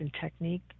technique